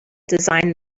design